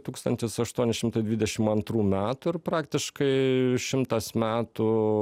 tūkstantis aštuoni šimtai dvidešim antrų metų ir praktiškai šimtas metų